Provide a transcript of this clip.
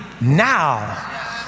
now